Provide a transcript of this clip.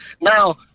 now